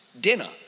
dinner